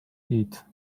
eat